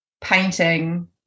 painting